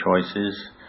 choices